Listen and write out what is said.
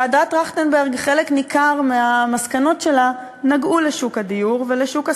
שחלק ניכר מהמסקנות שלה נגעו לשוק הדיור ולשוק השכירות,